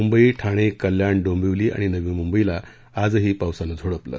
मुंबई ठाणे कल्याण डोंबिवली आणि नवी मुंबईला आजही पावसानं झोडपलं